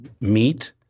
meet